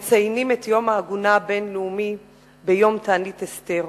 מציינים את יום העגונה הבין-לאומי ביום תענית אסתר.